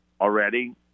already